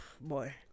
Boy